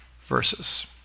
verses